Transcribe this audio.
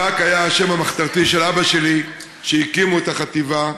ברק היה השם המחתרתי של אבא שלי כשהקימו את החטיבה,